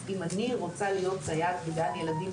אם אני רוצה להיות סייעת בגן ילדים,